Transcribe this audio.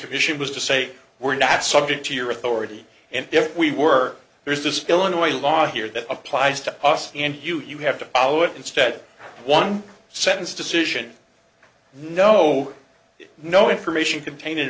provision was to say we're not subject to your authority and if we were there is this still an oil law here that applies to us and you have to follow it instead of one sentence decision no no information contain